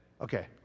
Okay